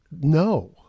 No